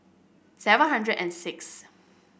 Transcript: seven hundred and sixth